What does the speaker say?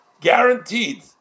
guaranteed